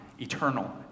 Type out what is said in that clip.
eternal